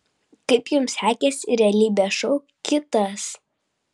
kaip jums sekėsi realybės šou kitas